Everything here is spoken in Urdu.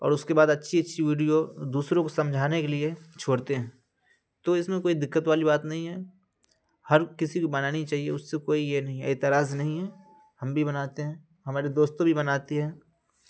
اور اس کے بعد اچھی اچھی ویڈیو دوسروں کو سمجھانے کے لیے چھوڑتے ہیں تو اس میں کوئی دقت والی بات نہیں ہے ہر کسی کو بنانی چاہیے اس سے کوئی یہ نہیں ہے اعتراض نہیں ہے ہم بھی بناتے ہیں ہمارے دوستوں بھی بناتی ہیں